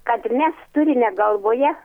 kad mes turime galvoje